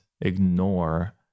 ignore